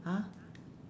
!huh!